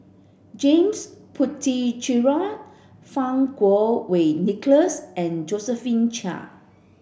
James Puthucheary Fang Kuo Wei Nicholas and Josephine Chia